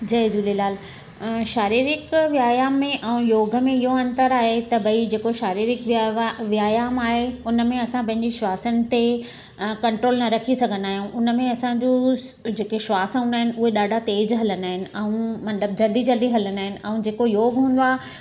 जय झूलेलाल शारीरिक व्यायाम में ऐं योग में इहो अंतर आहे त भई जेको शारीरिक व्यायाम आहे उनमें असां पंहिंजे श्वासन ते कंट्रोल न रखी सघंदा आहियूं उनमें असांजो जेके श्वास हूंदा आहिनि उहे ॾाढा तेज़ु हलंदा आहिनि ऐं मतिलबु जल्दी जल्दी हलंदा आहिनि ऐं जेको योग हूंदो आहे